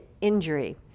injury